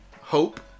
hope